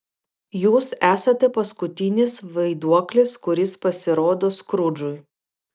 jūs esate paskutinis vaiduoklis kuris pasirodo skrudžui